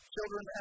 Children